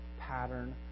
pattern